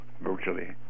virtually